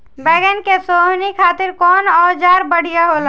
बैगन के सोहनी खातिर कौन औजार बढ़िया होला?